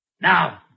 Now